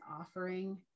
offering